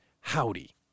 howdy